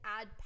add